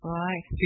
right